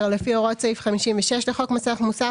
לפי הוראות סעיף 56 לחוק מס ערך מוסף,